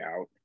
out